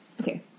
Okay